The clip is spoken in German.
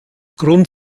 grund